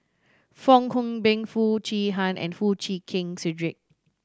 Fong Hoe Beng Foo Chee Han and Foo Chee Keng Cedric